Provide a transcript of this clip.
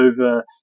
over